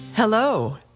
Hello